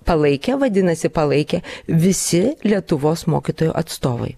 palaikė vadinasi palaikė visi lietuvos mokytojų atstovai